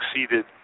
succeeded